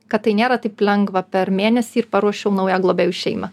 kad tai nėra taip lengva per mėnesį ir paruošiau naują globėjų šeimą